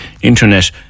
Internet